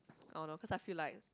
oh no cause I feel like